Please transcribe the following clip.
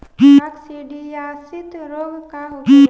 काकसिडियासित रोग का होखेला?